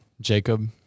Jacob